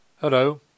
Hello